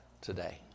today